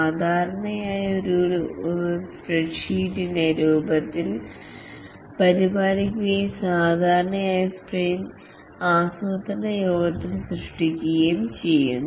സാധാരണയായി ഒരു സ്പ്രെഡ്ഷീറ്റിന്റെ രൂപത്തിൽ പരിപാലിക്കുകയും സാധാരണയായി സ്പ്രിന്റ് ആസൂത്രണ യോഗത്തിൽ സൃഷ്ടിക്കുകയും ചെയ്യുന്നു